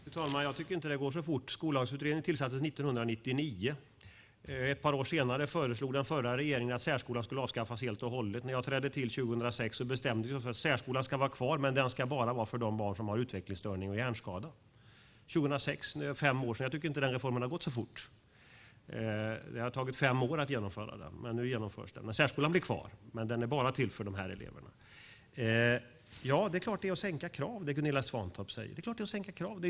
Fru talman! Jag tycker inte att det går för fort. Skollagsutredningen tillsattes 1999. Ett par år senare föreslog den tidigare regeringen att särskolan skulle avskaffas helt och hållet. När jag tillträdde 2006 bestämde vi oss för att särskolan ska vara kvar men bara för de barn som har utvecklingsstörning eller hjärnskada. Det är fem år sedan. Jag tycker således inte att reformen har gått fort. Det har tagit fem år att genomföra den, och nu genomförs den. Särskolan blir alltså kvar, men den är bara till för dessa elever. Det är klart att det som Gunilla Svantorp säger innebär att man sänker kraven.